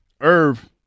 Irv